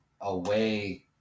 away